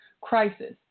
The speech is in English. crisis